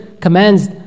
commands